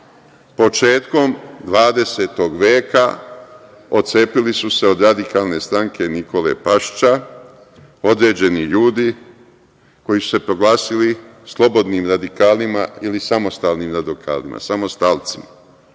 Početkom 20. veka, otcepili su se od radikalne stranke Nikole Pašita, određeni ljudi koji su se proglasili slobodnim radikalima ili samostalni radikalima, samostalcima,